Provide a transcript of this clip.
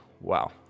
Wow